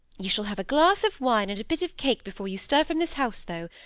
you shall have a glass of wine and a bit of cake before you stir from this house, though.